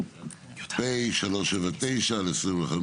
(פ/379/25)